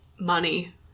money